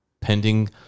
pending